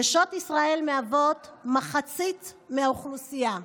נשות ישראל מהוות מחצית מהאוכלוסייה,